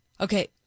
Okay